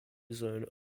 zone